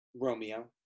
Romeo